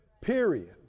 Period